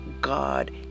God